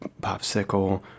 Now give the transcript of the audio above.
popsicle